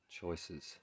choices